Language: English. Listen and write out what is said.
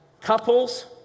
couples